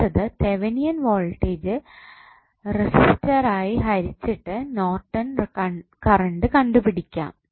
അടുത്തത് Thevenin voltage resistor ആയി ഹരിച്ചിട്ട് നോർട്ടൺ കറണ്ട് കണ്ടുപിടിക്കാം